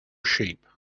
sheep